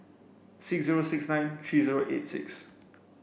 six zero six nine three zero eight six